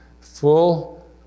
full